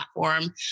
platform